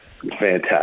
fantastic